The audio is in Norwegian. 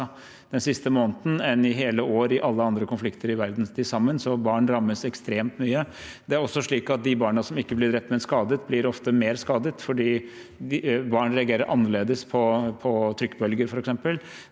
den siste måneden enn i hele år i alle andre konflikter i verden til sammen. Så barn rammes ekstremt mye. Det er også slik at de barna som ikke blir drept, men skadet, blir ofte mer skadet fordi barn reagerer annerledes på trykkbølger f.eks.